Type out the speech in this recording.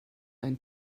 ein